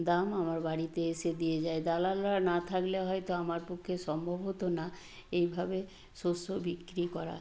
দাম আমার বাড়িতে এসে দিয়ে যায় দালালরা না থাকলে হয়তো আমার পক্ষে সম্ভব হতো না এইভাবে শস্য বিক্রি করা